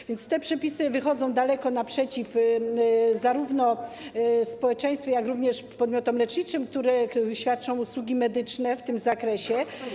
A więc te przepisy wychodzą daleko naprzeciw zarówno społeczeństwu, jak również podmiotom leczniczym, które świadczą usługi medyczne w tym zakresie.